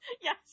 Yes